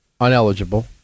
Uneligible